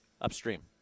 upstream